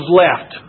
left